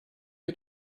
you